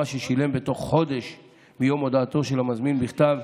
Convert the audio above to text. ששילם בתוך חודש מיום הודעתו של המזמין בכתב,